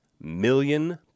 million